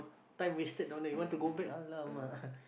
time wasted down there you want to go back !alamak!